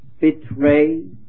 betray